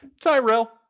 tyrell